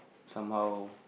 some how